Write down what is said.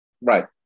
right